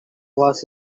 was